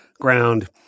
ground –